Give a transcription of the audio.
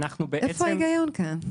איפה היגיון כאן?